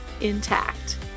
intact